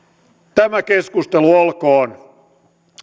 tämä keskustelu olkoon